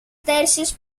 tercios